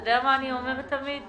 אתה יודע מה אני אומרת תמיד,